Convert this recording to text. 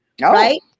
Right